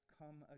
come